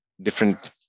different